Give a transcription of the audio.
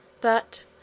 But